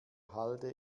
halde